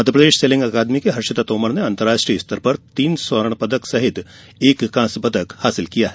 Madhya Pradesh sailing अकादमी की हर्षिता तोमर ने अंतर्राष्ट्रीय स्तर पर तीन स्वर्ण पदक तथा एक कांस्य पदक हासिल किया है